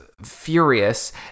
furious